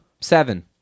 Seven